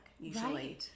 usually